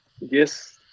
Yes